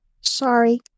Sorry